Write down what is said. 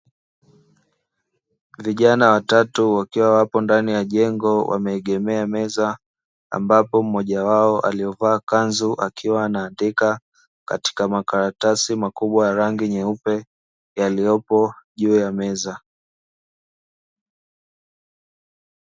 Vijana watatu wakiwa wapo ndani ya jengo wameegemea meza, ambapo mmoja wao aliyevaa kanzu; akiwa anaandika katika makaratasi makubwa ya rangi nyeupe yaliyopo juu ya meza.